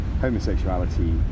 Homosexuality